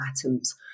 atoms